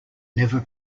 never